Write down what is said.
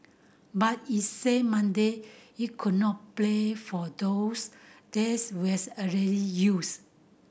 but it said Monday it could not play for those this was already used